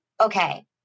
okay